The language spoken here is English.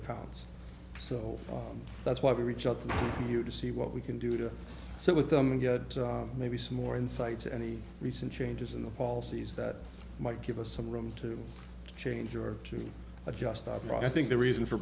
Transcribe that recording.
accounts so that's why we reach out to you to see what we can do to sit with them and get maybe some more insight to any recent changes in the policies that might give us some room to change or to adjust our brought i think the reason for